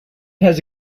has